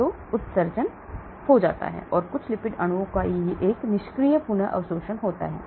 तो यह उत्सर्जित हो जाता है और कुछ लिपिड अणुओं का एक निष्क्रिय पुन अवशोषण होता है